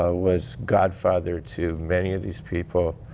ah was godfather to many of these people.